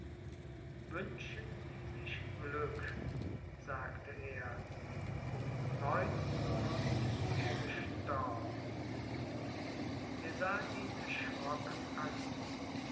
wünschen sie sich glück sagte er um neun uhr ist er gestorben wir sahen ihn erschrocken an